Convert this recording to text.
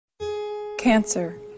Cancer